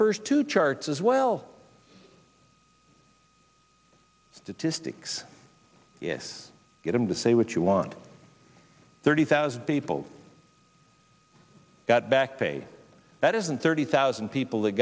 first two charts as well statistics yes get them to say what you want thirty thousand people got back pay that isn't thirty thousand people that